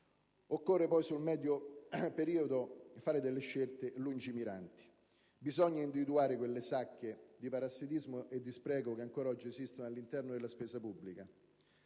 è elevato. Nel medio periodo occorre fare scelte lungimiranti. Bisogna individuare quelle sacche di parassitismo e di spreco che ancora oggi esistono all'interno della spesa pubblica,